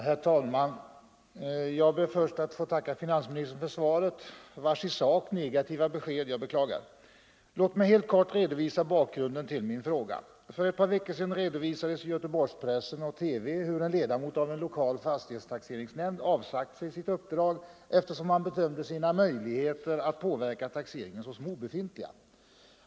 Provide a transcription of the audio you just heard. Herr talman! Jag ber först att få tacka finansministern för svaret, vars i sak negativa besked jag beklagar. Låt mig helt kort redogöra för bakgrunden till min fråga. För ett par veckor sedan redovisades i Göteborgspressen och TV hur en ledamot av en lokal fastighetstaxeringsnämnd avsagt sig sitt uppdrag, eftersom han bedömde sina möjligheter att påverka taxeringen såsom obefintliga.